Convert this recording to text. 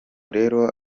rero